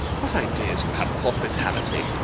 what ideas you have of hospitality!